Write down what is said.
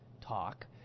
talk